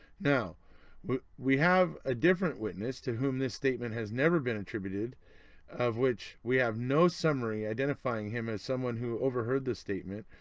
now we have a different witness to whom this statement has never been attributed of which we have no summary identifying him as someone who overheard the statement,